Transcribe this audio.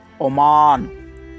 Oman